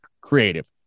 creative